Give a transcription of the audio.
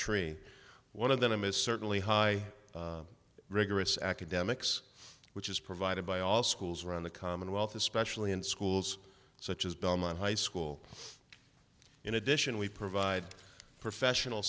tree one of them is certainly high rigorous academics which is provided by all schools around the commonwealth especially in schools such as belmont high school in addition we provide professional